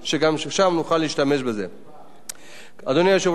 אדוני היושב-ראש, חברי השרים וחברי הכנסת,